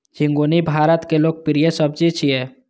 झिंगुनी भारतक लोकप्रिय सब्जी छियै